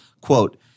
Quote